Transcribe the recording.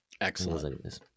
Excellent